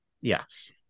Yes